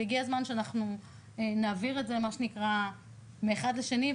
והגיע הזמן שאנחנו נעביר את זה מאחד לשני,